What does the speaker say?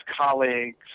colleagues